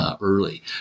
Early